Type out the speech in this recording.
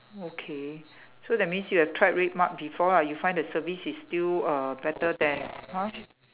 okay so that means you have tried RedMart before lah you find the service is still uh better than !huh!